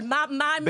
אבל מה הממצאים,